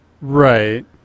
right